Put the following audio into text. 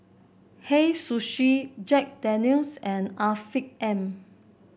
Hei Sushi Jack Daniel's and Afiq M